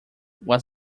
was